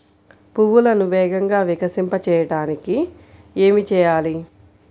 పువ్వులను వేగంగా వికసింపచేయటానికి ఏమి చేయాలి?